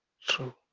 True